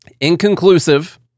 inconclusive